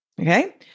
okay